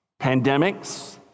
Pandemics